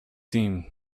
seem